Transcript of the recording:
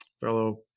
fellow